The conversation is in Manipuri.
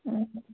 ꯎꯝ